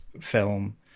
film